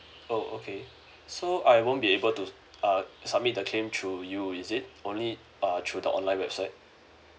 oh okay so I won't be able to uh submit the claim through you is it only uh through the online website